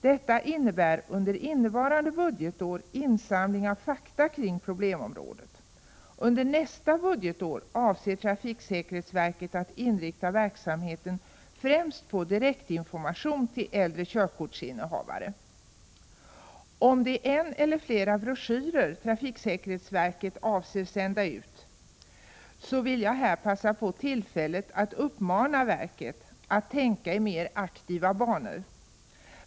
Detta innebär under innevarande budgetår insamling av fakta om problemet. Under nästa budgetår avser trafiksäkerhetsverket att inrikta verksamheten främst på direktinformation till äldre körkortsinnehavare. Om det är en eller flera broschyrer som trafiksäkerhetsverket avser sända ut, vill jag här passa på att uppmana verket att tänka i mer aktiva banor.